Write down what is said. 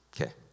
okay